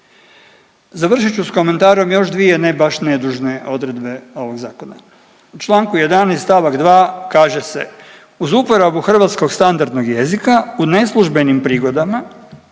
Završit ću s komentarom još dvije ne baš nedužne odredbe ovog zakona. U Članku 11. stavak 2. kaže se, uz uporabu hrvatskog standardnog jezika u neslužbenim prigodama,